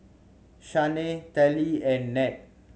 Shanae Telly and Nat